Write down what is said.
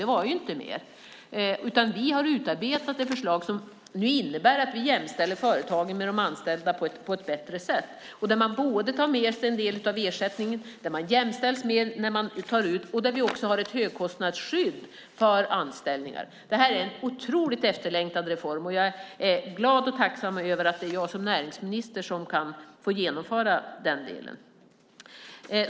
Det var inte mer. Vi har utarbetat ett förslag som nu innebär att vi jämställer företagarna med de anställda på ett bättre sätt. Det handlar om att man tar med sig en del av ersättningen och att man jämställs mer när man tar ut den. Det finns också ett högkostnadsskydd för anställningar. Detta är en otroligt efterlängtad reform. Jag är glad och tacksam över att det är jag som näringsminister som kan få genomföra den.